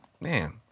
man